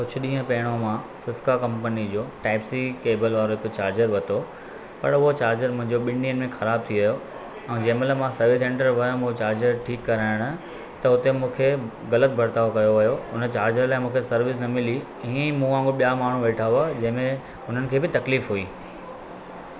कुझु ॾींहुं पहिरियों मां स्सिका कम्पनीअ जो टाईप सी कैबल वारो हिकु चार्जर वरितो पर उहो चार्जर मुंहिंजो ॿिनि ॾींहनि में ख़राबु थी वियो ऐं जेॾी महिल मां सर्विस सेंटर वियमि उहो चार्जर ठीकु कराइणु त उते मूंखे ग़लति बरतावु कयो वियो उन चार्जर लाइ मूंखे सर्विस न मिली ईअं मूं वांगुरु ॿिया माण्हू वेठा हुआ जंहिं में उन्हनि खे बि तकलीफ़ु हुई